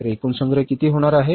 तर एकूण संग्रह किती होणार आहेत